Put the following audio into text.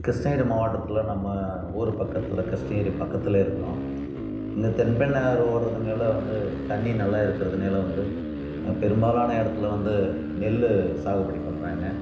கிருஷ்ணகிரி மாவட்டத்தில் நம்ம ஊர் பக்கத்தில் கிருஷ்ணகிரி பக்கத்தில் இருக்கிறோம் இங்கே தென்பண்ணை ஆறு ஓடுறதுனால வந்து தண்ணி நல்லா இருக்கிறது நிலம் வந்து பெரும்பாலான இடத்துல வந்து நெல் சாகுபடி பண்றாங்கள்